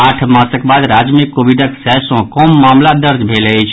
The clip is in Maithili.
आठ मासक बाद राज्य मे कोविडक सय सँ कम मामिला दर्ज कयल गेल अछि